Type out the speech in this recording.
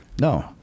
no